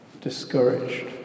discouraged